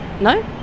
No